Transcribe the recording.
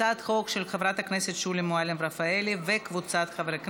הצעת חוק של חברת הכנסת שולי מועלם-רפאלי וקבוצת חברי הכנסת.